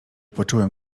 poczułem